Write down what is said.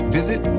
visit